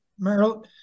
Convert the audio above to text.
meryl